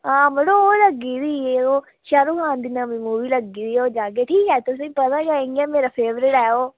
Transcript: हां मड़ो ओह् लग्गी दी ओह् शाहरुख खान दी नमीं मूवी लग्गी दी ओह् जाह्गे ठीक ऐ तुसेंगी पता गै इ'यां मेरा फेवरेट ऐ ओह्